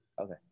Okay